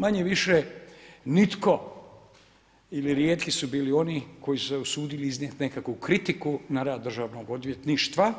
Manje-više nitko ili rijetki su bili oni koji su se usudili iznijeti nekakvu kritiku na rad državnog odvjetništva